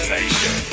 Nation